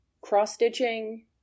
cross-stitching